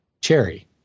cherry